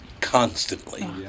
constantly